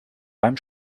beim